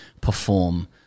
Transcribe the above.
perform